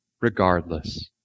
regardless